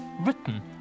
written